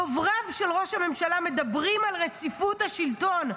דובריו של ראש הממשלה מדברים על רציפות השלטון,